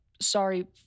sorry